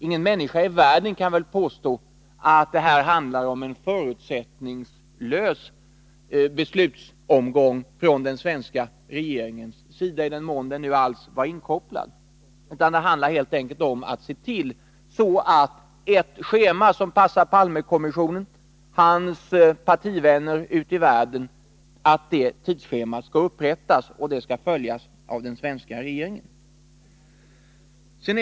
Ingen människa i världen kan väl påstå att det här handlar om en förutsättningslös beslutsomgång från svensk sida. Det handlar helt enkelt om att det skall upprättas ett tidsschema som passar Palmekommissionen och Olof Palmes partivänner ute i världen. Det schemat får sedan den svenska regeringen följa.